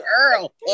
Earl